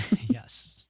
Yes